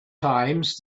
times